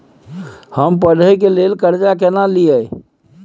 हमरा पढ़े के लेल कर्जा केना लिए?